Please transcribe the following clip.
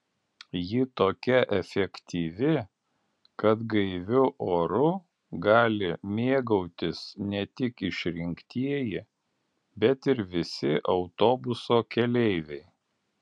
ji tokia efektyvi kad gaiviu oru gali mėgautis ne tik išrinktieji bet ir visi autobuso keleiviai